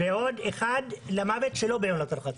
ועוד אחד שלא בעונת הרחצה.